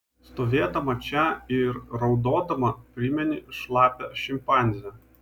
stovėdama čia ir raudodama primeni šlapią šimpanzę